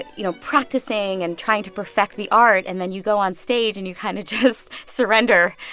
and you know, practicing and trying to perfect the art. and then you go on stage, and you kind of just surrender.